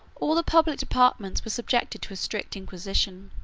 all the public departments were subjected to a strict inquisition.